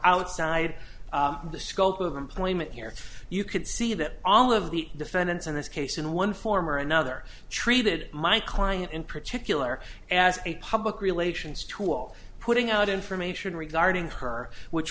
outside the scope of employment here you could see that all of the defendants in this case in one form or another treated my client in particular as a public relations tool putting out information regarding her which